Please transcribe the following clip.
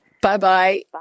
Bye-bye